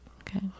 Okay